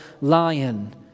lion